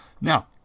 Now